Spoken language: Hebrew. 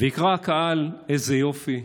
ויקרא הקהל: איזה יופי,